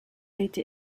été